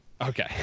Okay